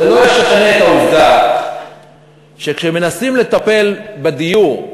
זה לא ישנה את העובדה שכשמנסים לטפל בדיור,